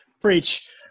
Preach